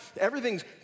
everything's